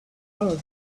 earth